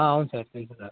అవును సార్ తెలుసు సార్